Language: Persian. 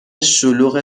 شلوغ